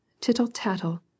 tittle-tattle